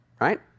right